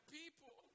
people